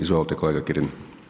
Izvolite kolega Kirin.